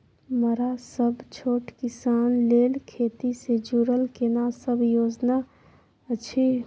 मरा सब छोट किसान लेल खेती से जुरल केना सब योजना अछि?